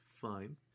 fine